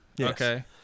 okay